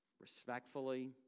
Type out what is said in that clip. Respectfully